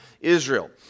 Israel